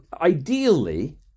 ideally